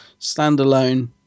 standalone